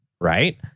right